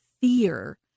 fear